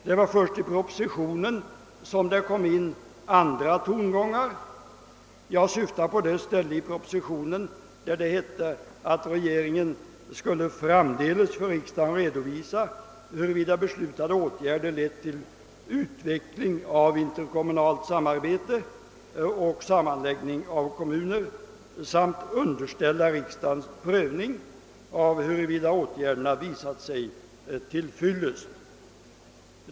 Det var först i propositionen som andra tongångar kom in. Jag syftar då på det ställe i propositionen där det hette att regeringen skulle framdeles för riksdagen redovisa, huruvida beslutade åtgärder lett till utveckling av interkommunalt samarbete och sammanläggning av kommuner samt underställa riksdagens prövning av huruvida åtgärderna visat sig till fyllest.